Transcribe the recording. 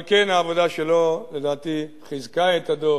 על כן, העבודה שלו, לדעתי, חיזקה את הדוח.